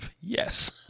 Yes